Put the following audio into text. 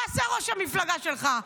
מה עשה ראש המפלגה שלך?